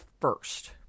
first